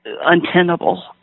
untenable